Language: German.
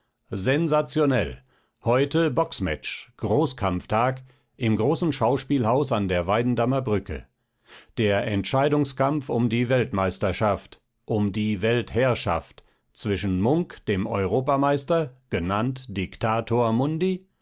sensationell heute boxmatch großkampftag im großen schauspielhaus an der weidendammer brücke der entscheidungskampf um die weltmeisterschaft um die weltherrschaft zwischen munk dem europameister genannt dictator mundi